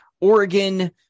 Oregon